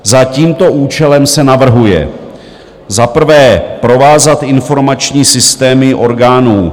Za tímto účelem se navrhuje: Za prvé, provázat informační systémy orgánů